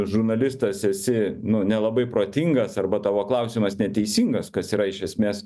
žurnalistas esi nu nelabai protingas arba tavo klausimas neteisingas kas yra iš esmės